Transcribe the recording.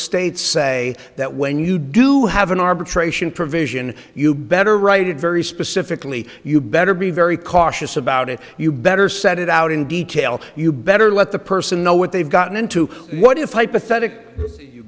state say that when you do have an arbitration provision you better write it very specifically you better be very cautious about it you better set it out in detail you better let the person know what they've gotten into what if